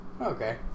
Okay